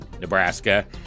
Nebraska